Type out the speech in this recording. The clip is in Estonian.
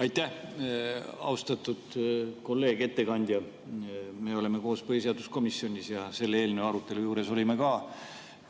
Aitäh! Austatud kolleeg, ettekandja! Me oleme koos põhiseaduskomisjonis ja selle eelnõu arutelu juures olime ka.